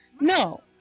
No